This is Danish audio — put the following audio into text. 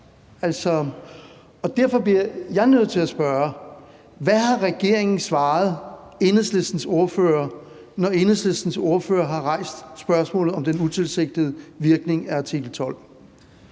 derfor bliver jeg nødt til at spørge: Hvad har regeringen svaret Enhedslistens ordfører, når Enhedslistens ordfører har rejst spørgsmålet om den utilsigtede virkning af artikel 12?